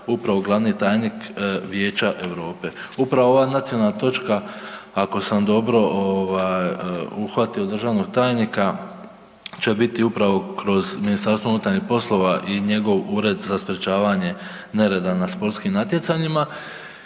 upravo glavni tajnik Vijeća Europa. Upravo ova nacionalna točka, ako sam dobro ovaj uhvatio državnog tajnika će biti upravo kroz MUP i njegov Ured za sprječavanje nereda na sportskim natjecanjima.